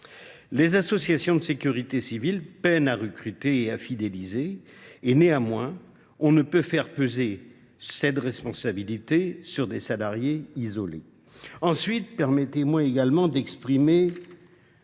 Les associations de sécurité civile peinent à recruter et à fidéliser. On ne peut faire peser cette responsabilité sur des salariés isolés. Ensuite, cette proposition de loi